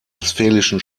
westfälischen